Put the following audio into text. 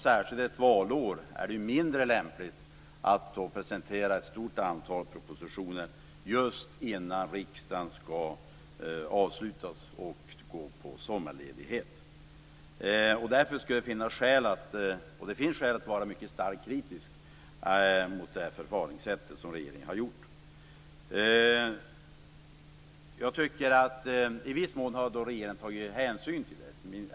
Särskilt ett valår är det mindre lämpligt att presentera ett stort antal propositioner just innan riksdagen har avslutning och skall gå på sommarledighet. Därför finns det skäl att vara mycket starkt kritisk mot det här förfaringssättet från regeringens sida. Jag tycker att regeringen i viss mån har tagit hänsyn till detta.